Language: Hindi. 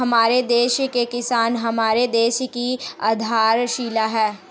हमारे देश के किसान हमारे देश की आधारशिला है